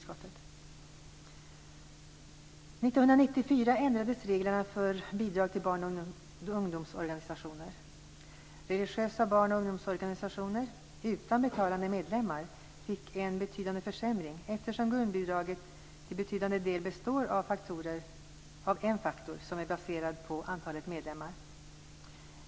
År 1994 ändrades reglerna för bidrag till barn och ungdomsorganisationer. Religiösa barn och ungdomsorganisationer, utan betalande medlemmar, fick en betydande försämring eftersom grundbidraget till betydande del består av en faktor baserad på antalet medlemmar.